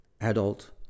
adult